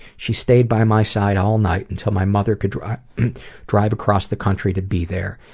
she stayed by my side all night until my mother could drive drive across the country to be there.